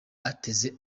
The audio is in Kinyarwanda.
ateze